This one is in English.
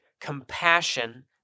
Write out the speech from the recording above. compassion